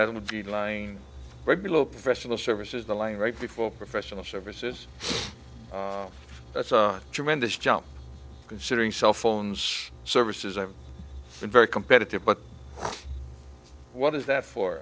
i would be lying right below professional services the lying right before professional services that's a tremendous jump considering cell phones services i've been very competitive but what is that for